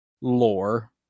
lore